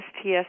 STS